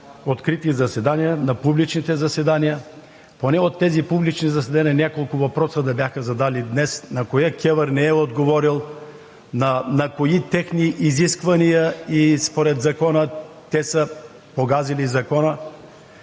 открити заседания, на публичните заседания. От тези публични заседания поне няколко въпроса да бяха задали днес: на кое КЕВР не е отговорила, на кои техни изисквания според закона те са погазили закона.